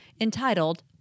entitled